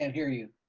ah hear you.